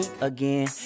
again